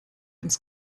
ins